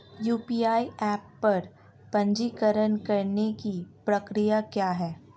UPI app पर पंजीकरण करने की प्रक्रिया क्या है?